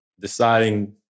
deciding